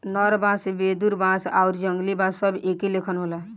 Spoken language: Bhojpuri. नर बांस, वेदुर बांस आउरी जंगली बांस सब एके लेखन होला